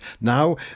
now